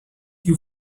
you